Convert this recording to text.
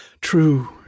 True